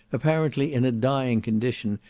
apparently in a dying condition,